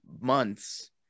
months